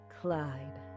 Clyde